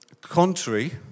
contrary